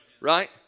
Right